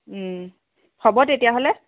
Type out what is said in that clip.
হ'ব তেতিয়াহ'লে